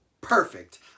perfect